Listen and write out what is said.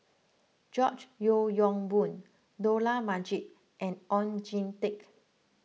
George Yeo Yong Boon Dollah Majid and Oon Jin Teik